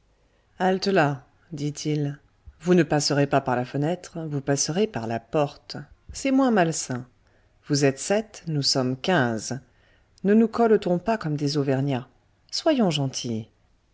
halte-là dit-il vous ne passerez pas par la fenêtre vous passerez par la porte c'est moins malsain vous êtes sept nous sommes quinze ne nous colletons pas comme des auvergnats soyons gentils